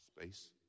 Space